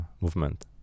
movement